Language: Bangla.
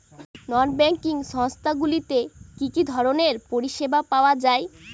নন ব্যাঙ্কিং সংস্থা গুলিতে কি কি ধরনের পরিসেবা পাওয়া য়ায়?